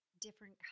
different